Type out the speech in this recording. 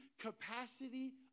capacity